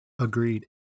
Agreed